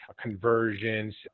conversions